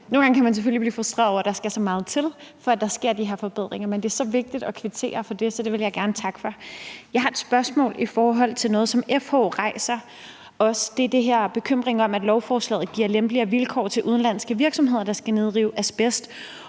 Nogle gange kan man selvfølgelig blive frustreret over, at der skal så meget til, for at der sker de her forbedringer, men det er så vigtigt at kvittere for det, så det vil jeg gerne takke for. Jeg har et spørgsmål i forhold til noget, som også FH rejser. Det er den her bekymring om, at lovforslaget giver lempeligere vilkår til udenlandske virksomheder, der skal nedrive asbest,